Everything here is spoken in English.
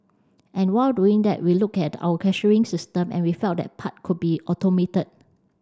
and while doing that we looked at our cashiering system and we felt that part could be automated